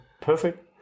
Perfect